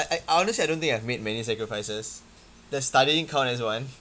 I I honestly I don't think I've made many sacrifices does studying count as one